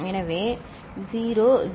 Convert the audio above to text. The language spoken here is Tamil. எனவே 0000110